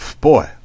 Boy